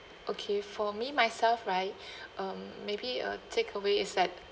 okay for me myself right um maybe uh takeaway is that